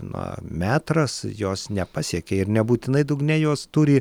na metras jos nepasiekia ir nebūtinai dugne jos turi